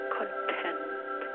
content